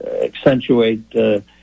accentuate